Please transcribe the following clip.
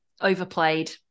overplayed